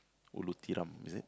Ulu Tiram is it